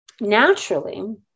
naturally